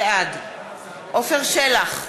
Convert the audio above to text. בעד עפר שלח,